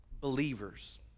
believers